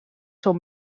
són